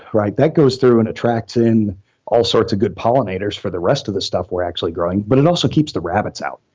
that goes through and attracts in all sorts of good pollinators for the rest of the stuff we're actually growing, but it also keeps the rabbits out.